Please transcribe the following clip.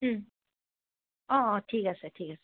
অঁ অঁ ঠিক আছে ঠিক আছে